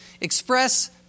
express